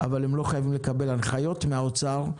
הם לא חייבים לקבל הנחיות מהאוצר.